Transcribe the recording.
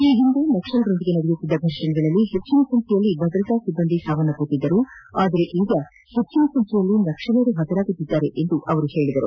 ಈ ಹಿಂದೆ ನಕ್ಸಲರೊಂದಿಗೆ ನಡೆಯುತ್ತಿದ್ದ ಘರ್ಷಣೆಗಳಲ್ಲಿ ಹೆಚ್ಚನ ಸಂಚ್ಚೆಯ ಭದ್ರತಾ ಸಿಬ್ಲಂದಿ ಸಾವನ್ನಪ್ಪುತ್ತಿದ್ದರು ಆದರೀಗ ಹೆಚ್ಚನ ಸಂಖ್ಯೆಯ ನಕ್ಲಲರು ಹತರಾಗುತ್ತಿದ್ದಾರೆ ಎಂದು ಹೇಳಿದ್ದಾರೆ